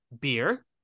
beer